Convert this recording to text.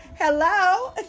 Hello